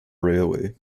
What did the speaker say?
railway